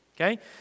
okay